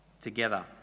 together